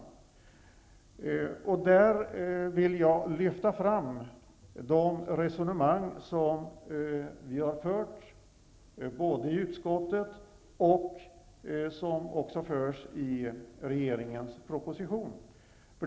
I det sammanhanget vill jag lyfta fram de resonemang som förts dels av oss i utskottet, dels i regeringens proposition.